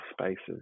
spaces